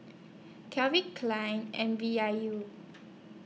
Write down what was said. Calvin Klein and V I U